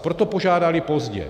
Proto požádali pozdě.